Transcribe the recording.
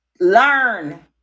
learn